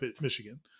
Michigan